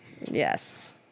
Yes